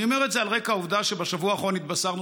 אני אומר את זה על רקע העובדה שבשבוע האחרון התבשרנו